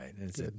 right